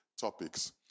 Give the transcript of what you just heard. topics